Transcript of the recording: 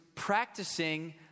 practicing